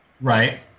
right